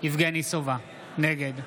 יבגני סובה, נגד